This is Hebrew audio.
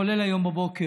כולל היום בבוקר,